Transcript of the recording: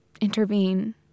intervene